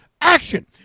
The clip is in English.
action